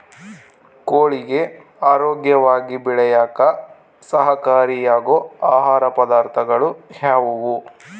ಕೋಳಿಗೆ ಆರೋಗ್ಯವಾಗಿ ಬೆಳೆಯಾಕ ಸಹಕಾರಿಯಾಗೋ ಆಹಾರ ಪದಾರ್ಥಗಳು ಯಾವುವು?